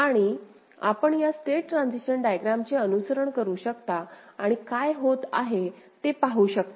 आणि आपण या स्टेट ट्रान्सिशन डायग्रॅम चे अनुसरण करू शकता आणि काय होत आहे ते पाहू शकता